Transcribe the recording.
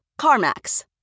CarMax